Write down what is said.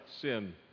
Sin